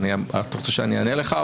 אתה רוצה שאני אענה לך?